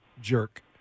jerk